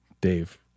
Dave